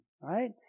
right